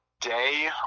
day